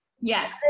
Yes